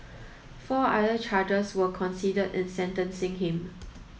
four other charges were considered in sentencing him